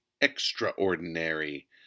Extraordinary